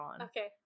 Okay